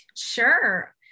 Sure